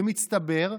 במצטבר,